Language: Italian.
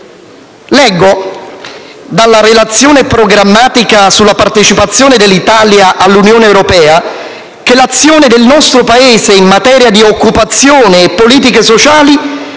Leggo dalla Relazione programmatica sulla partecipazione dell'Italia all'Unione europea che l'azione del nostro Paese in materia di occupazione e politiche sociali